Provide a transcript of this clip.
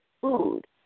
food